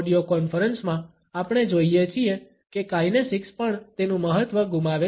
audio કોન્ફરન્સમાં આપણે જોઈએ છીએ કે કાઇનેસિક્સ પણ તેનુ મહત્વ ગુમાવે છે